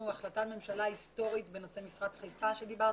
החלטת ממשלה היסטורית בנושא מפרץ חיפה שדיברת